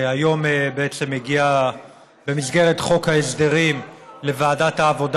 היום מגיעה במסגרת חוק ההסדרים לוועדת העבודה